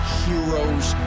heroes